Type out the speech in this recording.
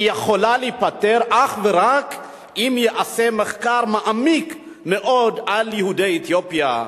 יכולה להיפתר אך ורק אם ייעשה מחקר מעמיק מאוד על יהודי אתיופיה.